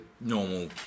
normal